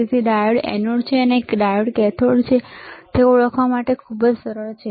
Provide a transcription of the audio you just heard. તેથી diode anode છે કે ડાયોડ કેથોડ છે તે ઓળખવા માટે આ ખૂબ જ સરળ છે